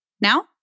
Now